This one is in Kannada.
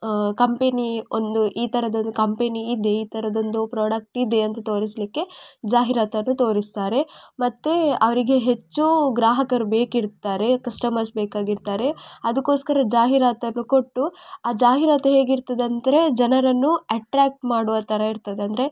ಕಂಪೆನೀ ಒಂದು ಈ ಥರದ್ದೊಂದು ಕಂಪೆನಿ ಇದೆ ಈ ಥರದ್ದೊಂದು ಪ್ರೋಡಕ್ಟ್ ಇದೆ ಅಂತ ತೋರಿಸಲಿಕ್ಕೆ ಜಾಹಿರಾತನ್ನು ತೋರಿಸ್ತಾರೆ ಮತ್ತೆ ಅವರಿಗೆ ಹೆಚ್ಚು ಗ್ರಾಹಕರು ಬೇಕಿರ್ತಾರೆ ಕಸ್ಟಮರ್ಸ್ ಬೇಕಾಗಿರ್ತಾರೆ ಅದಕ್ಕೋಸ್ಕರ ಜಾಹಿರಾತನ್ನು ಕೊಟ್ಟು ಆ ಜಾಹಿರಾತು ಹೇಗಿರ್ತದೆ ಅಂತಾರೆ ಜನರನ್ನು ಅಟ್ರ್ಯಾಕ್ಟ್ ಮಾಡುವ ಥರ ಇರ್ತದೆ ಅಂದರೆ